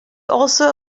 also